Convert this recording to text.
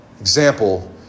example